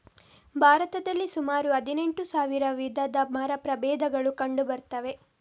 ಭಾರತದಲ್ಲಿ ಸುಮಾರು ಹದಿನೆಂಟು ಸಾವಿರ ವಿಧದ ಮರ ಪ್ರಭೇದಗಳು ಕಂಡು ಬರ್ತವೆ